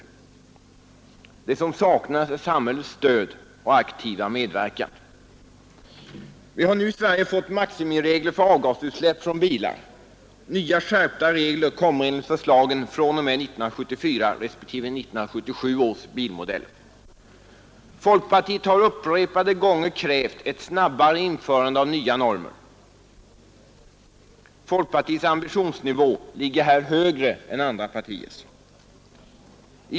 Det som saknas är samhällets stöd och aktiva medverkan. Vi har nu i Sverige fått maximiregler för avgasutsläpp från bilar. Nya skärpta regler kommer, enligt förslag, fr.o.m. 1974 respektive 1977 års bilmodeller. Folkpartiet har upprepade gånger krävt ett snabbare införande av nya normer. Folkpartiets ambitionsnivå ligger här högre än andra partiers.